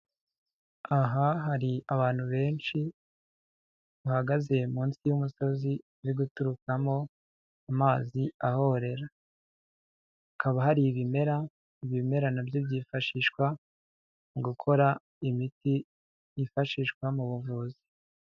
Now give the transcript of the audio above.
Aha hari abantu benshi, bahagaze munsi y'umusozi uri guturukamo amazi ahorera, hakaba hari ibimera, ibimera nabyo byifashishwa mu gukora imiti yifashishwa mu buvuzi.